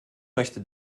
möchte